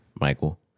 Michael